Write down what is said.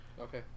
Okay